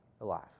alive